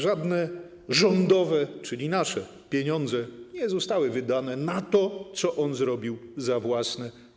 Żadne rządowe, czyli nasze, pieniądze nie zostały wydane na to, co on zrobił za własne.